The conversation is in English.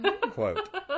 Quote